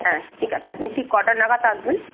হ্যাঁ ঠিক আছে আপনি ঠিক কটা নাগাদ আসবেন